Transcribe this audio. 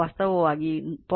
5 ಈ ಅಂತರ ವಾಸ್ತವವಾಗಿ 0